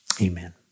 Amen